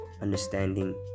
understanding